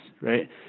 right